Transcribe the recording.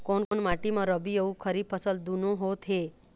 कोन माटी म रबी अऊ खरीफ फसल दूनों होत हे?